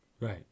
Right